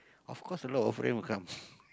of course a lot of friend will come